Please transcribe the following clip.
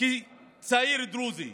כצעיר דרוזי